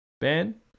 Ben